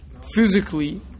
physically